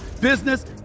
business